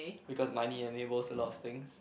because money enables a lot of things